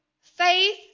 faith